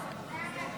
שהקואליציה לא פה.